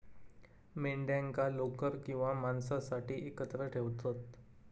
मेंढ्यांका लोकर किंवा मांसासाठी एकत्र ठेवतत